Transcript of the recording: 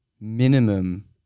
minimum